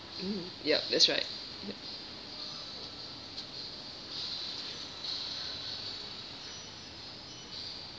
mm yup that's right